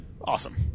awesome